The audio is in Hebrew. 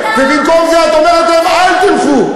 ובמקום זה את אומרת להם אל תלכו?